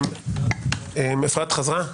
אפרת חזרה?